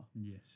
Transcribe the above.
Yes